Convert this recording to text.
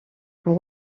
pour